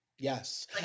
Yes